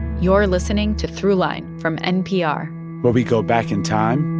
you're listening to throughline from npr where we go back in time.